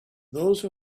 those